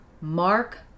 Mark